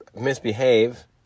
misbehave